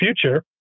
Future